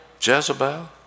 Jezebel